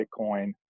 Bitcoin